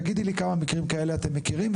תגידי לי כמה מקרים כאלה אתה מכירים.